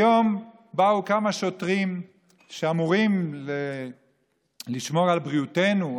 היום באו כמה שוטרים שאמורים לשמור על בריאותנו,